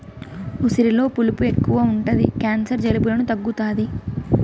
ఉసిరిలో పులుపు ఎక్కువ ఉంటది క్యాన్సర్, జలుబులను తగ్గుతాది